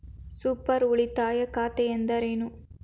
Super ಉಳಿತಾಯ ಖಾತೆ ಎಂದರೇನು?